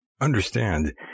Understand